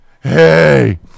Hey